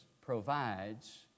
provides